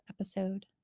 episode